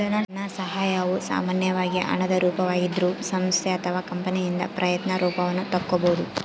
ಧನಸಹಾಯವು ಸಾಮಾನ್ಯವಾಗಿ ಹಣದ ರೂಪದಾಗಿದ್ರೂ ಸಂಸ್ಥೆ ಅಥವಾ ಕಂಪನಿಯಿಂದ ಪ್ರಯತ್ನ ರೂಪವನ್ನು ತಕ್ಕೊಬೋದು